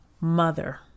mother